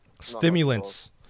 stimulants